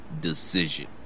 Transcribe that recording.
decision